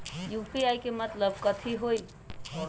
UPI के मतलब कथी होई?